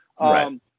Right